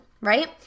right